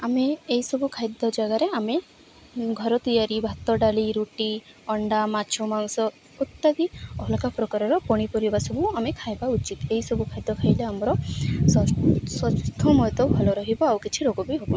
ଆମେ ଏହିସବୁ ଖାଦ୍ୟ ଜାଗାରେ ଆମେ ଘର ତିଆରି ଭାତ ଡ଼ାଲି ରୁଟି ଅଣ୍ଡା ମାଛ ମାଂସ ଇତ୍ୟାଦି ଅଲଗା ପ୍ରକାରର ପନିପରିବା ସବୁ ଆମେ ଖାଇବା ଉଚିତ୍ ଏହିସବୁ ଖାଦ୍ୟ ଖାଇଲେ ଆମର ସ୍ଵାସ୍ଥ୍ୟ ମଧ୍ୟ ଭଲ ରହିବ ଆଉ କିଛି ରୋଗ ବି ହେବନି